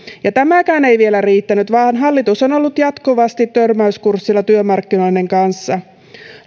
tämäkään ei vielä riittänyt vaan hallitus on on ollut jatkuvasti törmäyskurssilla työmarkkinoiden kanssa